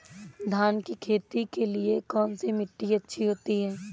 धान की खेती के लिए कौनसी मिट्टी अच्छी होती है?